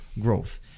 growth